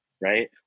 right